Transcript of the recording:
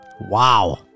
Wow